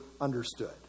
understood